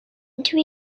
into